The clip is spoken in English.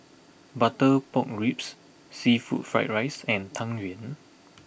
Butter Pork Ribs Seafood Fried Rice and Tang Yuen